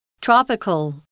Tropical